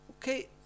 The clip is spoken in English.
okay